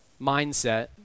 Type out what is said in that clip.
mindset